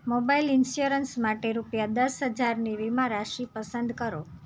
mobile insurance માટે રૂપિયા દસ હજારની વીમા રાશી પસંદ કરો